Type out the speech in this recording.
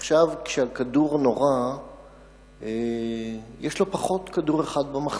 ועכשיו כשהכדור נורה יש לו פחות כדור אחד במחסנית.